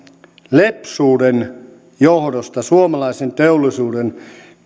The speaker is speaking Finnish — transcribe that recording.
lepsuuden johdosta suomalaisen teollisuuden